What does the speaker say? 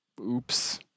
oops